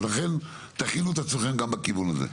לכן תכינו את עצמכם גם בכיוון הזה.